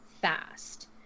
fast